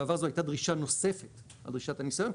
בעבר זו הייתה דרישה נוספת על דרישת הניסיון,